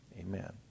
Amen